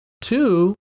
two